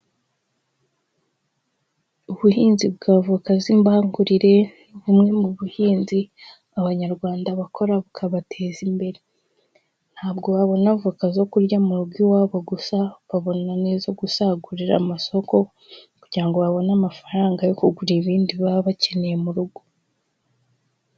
Ubuhinzi bw'avoka z'imbangurire ni bumwe mu buhinzi Abanyarwanda bakora bukabateza imbere. Ntabwo babona avoka zo kurya mu rugo iwabo gusa, babona n'izo gusagurira amasoko, kugira ngo babone amafaranga yo kugura ibindi baba bakeneye mu rugo.